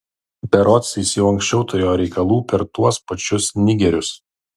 berods jis jau anksčiau turėjo reikalų per tuos pačius nigerius